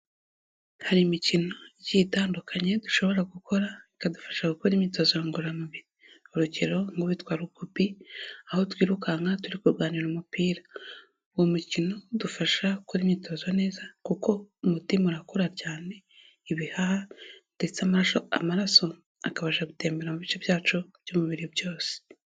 Hari imikino igiye itandukanye dushobora gukora bikadufasha gukora imyitozo ngororamubiri, urugero nku witwa rugubi aho twirukanka turi kurwanira umupira. Uwo mukino udufasha gukora imyitozo neza kuko umutima urakora cyane, ibihaha, ndetse amaraso akabasha gutembera mu bice byacu by'umubiri byose.